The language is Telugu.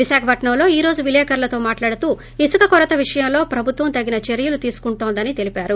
విశాఖపట్నంలో ఈ రోజు విలేకరులతో మాట్లాడుతూ ఇసుక కొరత విషయంలో ప్రభుత్వం తగిన చర్వలు తీసుకుంటోందని తెలిపారు